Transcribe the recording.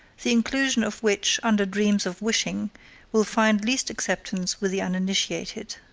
the inclusion of which under dreams of wishing will find least acceptance with the uninitiated.